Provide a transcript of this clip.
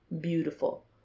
beautiful